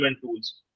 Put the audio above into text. tools